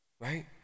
right